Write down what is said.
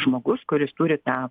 žmogus kuris turi tą